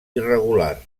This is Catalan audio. irregular